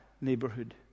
neighborhood